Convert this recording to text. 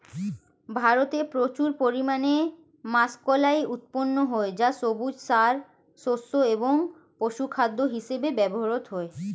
ভারতে প্রচুর পরিমাণে মাষকলাই উৎপন্ন হয় যা সবুজ সার, শস্য এবং পশুখাদ্য হিসেবে ব্যবহৃত হয়